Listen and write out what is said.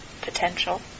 potential